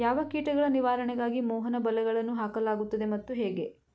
ಯಾವ ಕೀಟಗಳ ನಿವಾರಣೆಗಾಗಿ ಮೋಹನ ಬಲೆಗಳನ್ನು ಹಾಕಲಾಗುತ್ತದೆ ಮತ್ತು ಹೇಗೆ?